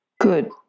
Good